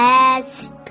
Best